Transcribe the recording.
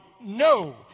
no